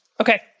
Okay